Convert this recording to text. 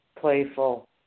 Playful